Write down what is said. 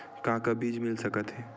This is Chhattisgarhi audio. का का बीज मिल सकत हे?